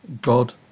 God